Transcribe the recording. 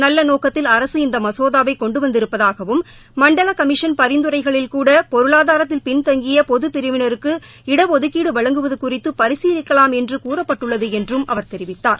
நல்ல நோக்கத்தில் அரசு இந்த மசோதாவை கொண்டு வந்திருப்பதாகவும் மண்டல் கமிஷன் பரிந்துரைகளில்கூட பொருளாதாரத்தில் பின்தங்கிய பொதுப் பிரிவிளருக்கு இடஒதுக்கீடு வழங்குவது குறித்து பரிசீலிக்கலாம் என்று கூறப்பட்டுள்ளது என்றும் அவர் தெரிவித்தார்